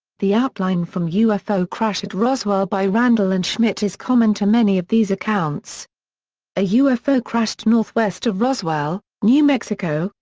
the outline from ufo crash at roswell by randle and schmitt is common to many of these accounts a ufo crashed northwest of roswell, new mexico,